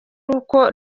uko